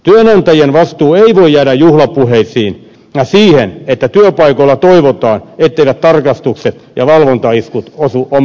työnantajien vastuu ei voi jäädä juhlapuheisiin ja siihen että työpaikoilla toivotaan etteivät tarkastukset ja valvontaiskut osu omalle kohdalle